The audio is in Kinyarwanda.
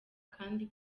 kandi